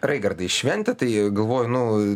raigardai šventė tai galvoju nu